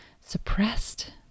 suppressed